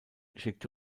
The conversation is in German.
schickte